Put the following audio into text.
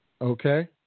Okay